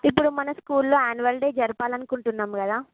ఇప్పుడు మన స్కూల్లో యాన్యుయల్ డే జరపాలనుకుంటున్నాం కదా